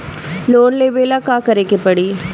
Loan लेबे ला का करे के पड़ी?